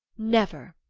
never!